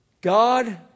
God